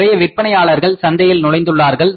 நிறைய விற்பனையாளர்கள் சந்தையில் நுழைந்துள்ளார்கள்